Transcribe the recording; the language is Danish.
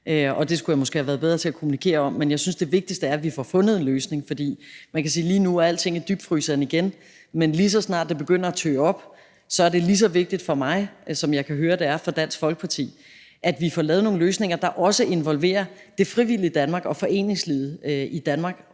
det skulle jeg måske have været bedre til at kommunikere om, men jeg synes, det vigtigste er, at vi får fundet en løsning. Lige nu er alting i dybfryseren igen, men lige så snart det begynder at tø op, er det lige så vigtigt for mig, som jeg kan høre det er for Dansk Folkeparti, at vi får lavet nogle løsninger, der også involverer det frivillige Danmark og foreningslivet i Danmark,